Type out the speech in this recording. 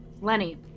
Lenny